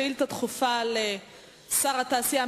שאילתא לשר התעשייה,